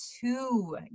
two